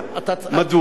מדוע?